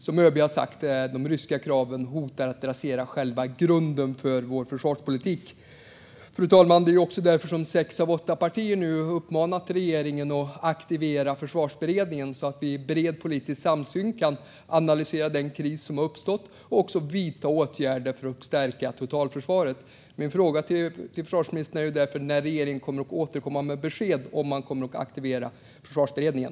Som ÖB har sagt: De ryska kraven hotar att rasera själva grunden för vår försvarspolitik. Fru talman! Det är också därför sex av åtta partier nu uppmanat regeringen att aktivera Försvarsberedningen, så att vi i bred politisk samsyn kan analysera den kris som uppstått och vidta åtgärder för att stärka totalförsvaret. Min fråga till försvarsministern är därför när regeringen kommer att återkomma med besked om huruvida man kommer att aktivera Försvarsberedningen.